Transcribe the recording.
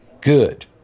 good